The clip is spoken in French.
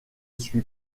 suis